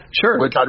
Sure